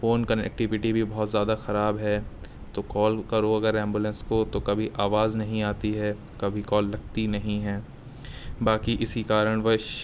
phone connectivity بھی بہت زیادہ خراب ہے تو کال کرو اگر ایمبولینس کو تو کبھی آواز نہیں آتی ہے کبھی کال لگتی نہیں ہے باقی اسی کارن وش